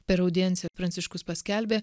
per audienciją pranciškus paskelbė